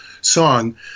song